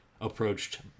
approached